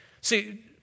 See